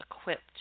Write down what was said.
equipped